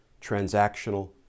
transactional